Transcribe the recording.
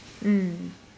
mm